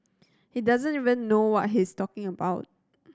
he doesn't even know what he's talking about